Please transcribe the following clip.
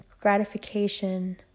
gratification